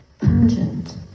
pungent